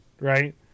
Right